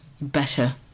Better